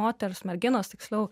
moters merginos tiksliau